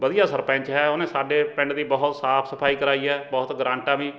ਵਧੀਆ ਸਰਪੰਚ ਹੈ ਉਹਨੇ ਸਾਡੇ ਪਿੰਡ ਦੀ ਬਹੁਤ ਸਾਫ ਸਫਾਈ ਕਰਾਈ ਹੈ ਬਹੁਤ ਗਰਾਂਟਾਂ ਵੀ